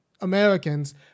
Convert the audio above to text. Americans